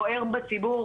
בוער בציבור,